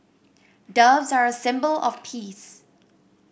doves are a symbol of peace